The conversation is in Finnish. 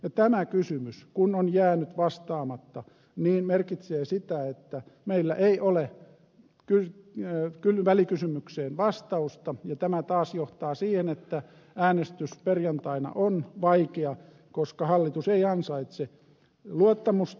kun tämä kysymys on jäänyt vastaamatta tämä merkitsee sitä että meillä ei ole välikysymykseen vastausta ja tämä taas johtaa siihen että äänestys perjantaina on vaikea koska hallitus ei ansaitse luottamusta